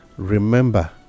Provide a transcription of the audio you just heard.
Remember